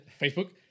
Facebook